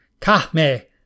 Kahme